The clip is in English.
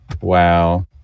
wow